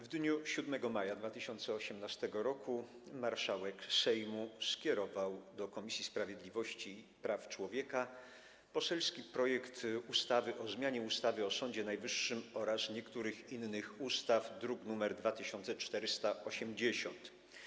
W dniu 7 maja 2018 r. marszałek Sejmu skierował do Komisji Sprawiedliwości i Praw Człowieka poselski projekt ustawy o zmianie ustawy o Sądzie Najwyższym oraz niektórych innych ustaw, druk nr 2480.